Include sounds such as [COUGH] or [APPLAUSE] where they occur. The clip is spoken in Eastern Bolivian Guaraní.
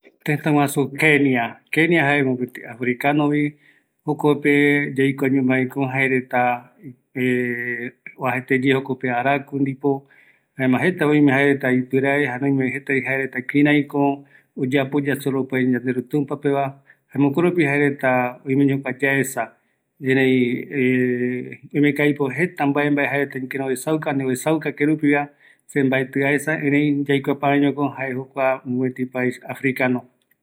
﻿Tëta guasu kenia, kenia jae mopeti africanovi, jokope yaikuañomaiko jaereta [HESITATION] oajaeteye jokope araku ndipo, jaema jerta oime jaereta ipirae, jare oimevi jaereta kiraiko, oyapo yasoropai yandeya tumpapeva, jaema jokoropi oime jukuareta yaesa, erei [HESITATION] oimeko aipo jeta jaereta ikirei mbae mbae oesauka, ani oesauka kerupiva, se mbaeti aesa, erei yaikua paveñoko jae jokua mopeti pais africano